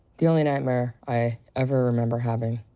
the only nightmare i ever remember having